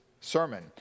sermon